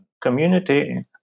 community